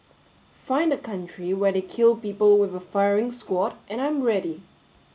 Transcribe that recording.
find a country where they kill people with a firing squad and I'm ready